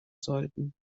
sollten